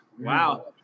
Wow